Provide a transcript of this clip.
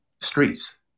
streets